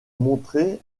montrer